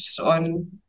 on